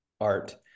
art